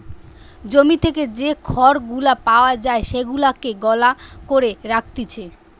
জমি থেকে যে খড় গুলা পাওয়া যায় সেগুলাকে গলা করে রাখতিছে